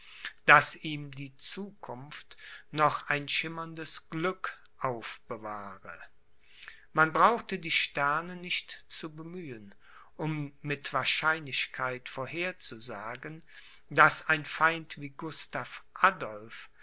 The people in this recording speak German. daß ihm die zukunft noch ein schimmerndes glück aufbewahre man brauchte die sterne nicht zu bemühen um mit wahrscheinlichkeit vorherzusagen daß ein feind wie gustav adolph